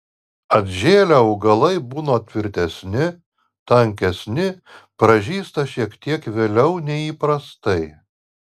atžėlę augalai būna tvirtesni tankesni pražysta šiek tiek vėliau nei įprastai